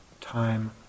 time